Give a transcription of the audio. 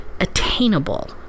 attainable